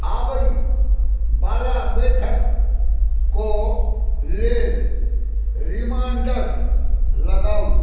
आबैवला बैठकक लेल रिमाइण्डर लगाऊ